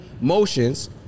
motions